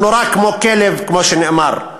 הוא נורה כמו כלב, כמו שנאמר.